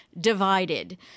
divided